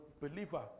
believer